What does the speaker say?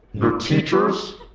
your teachers,